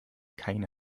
keine